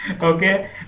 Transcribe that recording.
Okay